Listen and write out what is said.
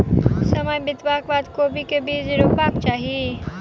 समय बितबाक बाद कोबी केँ के बीज रोपबाक चाहि?